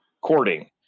courting